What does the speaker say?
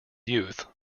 youth